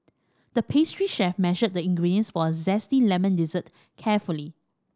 the pastry chef measured the ingredients for a zesty lemon dessert carefully